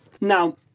Now